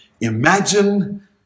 imagine